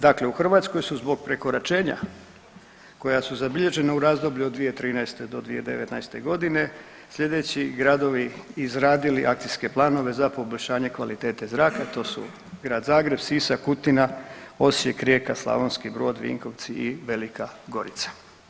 Dakle u Hrvatskoj su zbog prekoračenja koja su zabilježena u razdoblju od 2013. do 2019. g. sljedeći gradovi izradili akcijske planove za poboljšanje kvalitete zraka, to su grad Zagreb, Sisak, Kutina, Osijek, Rijeka, Slavonki Brod, Vinkovci i Velika Gorica.